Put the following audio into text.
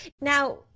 Now